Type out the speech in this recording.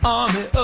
army